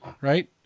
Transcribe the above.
right